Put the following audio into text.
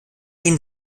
ihnen